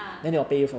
ah